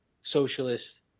socialist